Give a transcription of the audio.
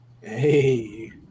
Hey